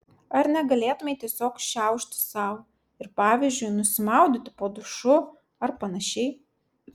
ar negalėtumei tiesiog šiaušti sau ir pavyzdžiui nusimaudyti po dušu ar panašiai